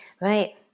Right